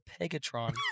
Pegatron